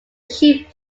sheep